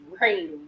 rain